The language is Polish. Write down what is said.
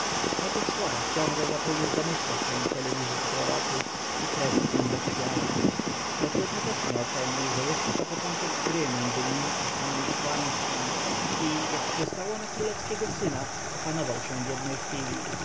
po tych słowach książę zaczął już domyślać się celu wizyty proroków i krew w nim zakipiała lecz jednocześnie ocenił że jest to początek gry między nim a stanem kapłańskim i jak przystało na królewskiego syna opanował się w jednej chwili